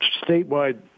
statewide